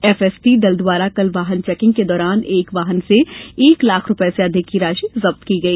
FST दल द्वारा कल वाहन चैकिंग के दौरान एक वाहन से एक लाख रूपये से अधिक की राशि जब्त की गई